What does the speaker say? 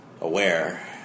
aware